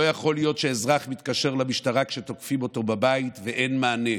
לא יכול להיות שאזרח מתקשר למשטרה כשתוקפים אותו בבית ואין מענה.